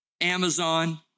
Amazon